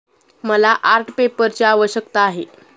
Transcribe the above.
मला आर्ट पेपरची आवश्यकता आहे